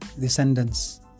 descendants